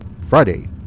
Friday